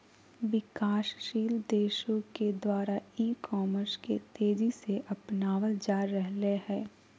विकासशील देशों के द्वारा ई कॉमर्स के तेज़ी से अपनावल जा रहले हें